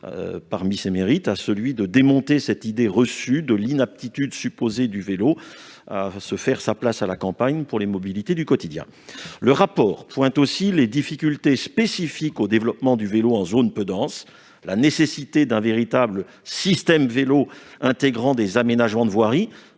autres mérites, celui de démonter cette idée reçue de l'inaptitude supposée du vélo à se faire sa place à la campagne pour les mobilités du quotidien. Le rapport pointe cependant les difficultés spécifiques au développement du vélo en zone peu dense : la nécessité d'un véritable « système vélo », intégrant des aménagements de voiries,